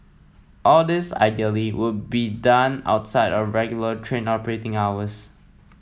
all this ideally would be done outside of regular train operating hours